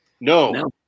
No